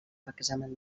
examen